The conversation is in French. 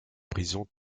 prison